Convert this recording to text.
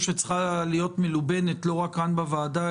שצריכה להיות מלובנת לא רק כאן בוועדה,